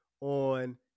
on